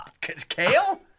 Kale